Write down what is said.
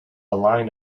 line